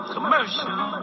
Commercial